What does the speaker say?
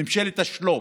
ממשלת השלוף.